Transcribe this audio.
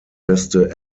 beste